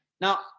Now